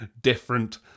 different